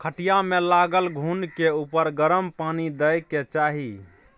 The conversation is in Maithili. खटिया मे लागल घून के उपर गरम पानि दय के चाही